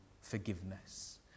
forgiveness